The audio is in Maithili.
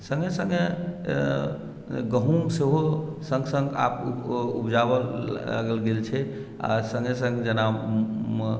सङ्गहि सङ्गे गहुम सेहो सङ्ग सङ्ग आब उपजाबय लागल गेल छै आ सङ्गे सङ्ग जेना